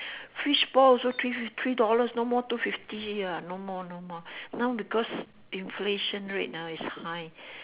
fishball also three three dollars no more two fifty ah no more no more now because inflation rate ah is high